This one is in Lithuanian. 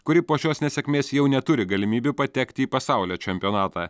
kuri po šios nesėkmės jau neturi galimybių patekti į pasaulio čempionatą